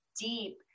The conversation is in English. deep